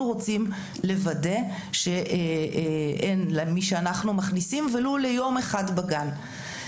רוצים לוודא שאין למי שאנחנו מכניסים ולו ליום אחד בגן.